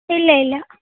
ഇല്ലയില്ല